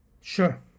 Sure